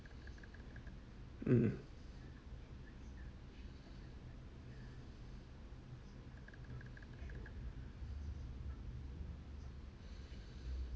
mm